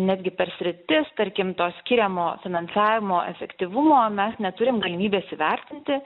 netgi per sritis tarkim to skiriamo finansavimo efektyvumo mes neturim galimybės įvertinti